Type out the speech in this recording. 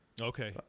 Okay